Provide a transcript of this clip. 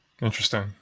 Interesting